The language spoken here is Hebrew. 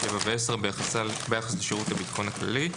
(7) ו-(10) ביחס לשירות הביטחון הכללי.